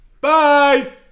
bye